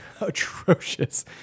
atrocious